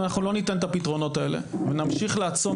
אם אנחנו לא ניתן את הפתרונות האלה ונמשיך לעצום